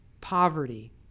poverty